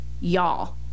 y'all